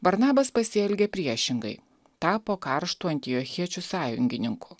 barnabas pasielgė priešingai tapo karštu antiochiečių sąjungininku